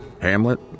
Hamlet